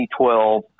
2012